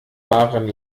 waren